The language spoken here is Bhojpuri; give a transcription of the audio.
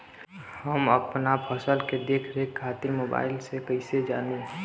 हम अपना फसल के देख रेख खातिर मोबाइल से कइसे जानी?